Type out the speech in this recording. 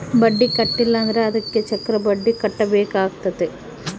ಬಡ್ಡಿ ಕಟ್ಟಿಲ ಅಂದ್ರೆ ಅದಕ್ಕೆ ಚಕ್ರಬಡ್ಡಿ ಕಟ್ಟಬೇಕಾತತೆ